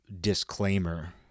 disclaimer